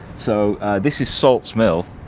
so this is salts mill,